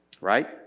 Right